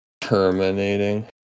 Terminating